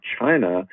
China